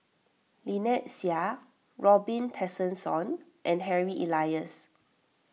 Lynnette Seah Robin Tessensohn and Harry Elias